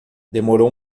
demorou